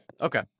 okay